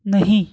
نہیں